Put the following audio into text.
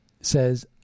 Says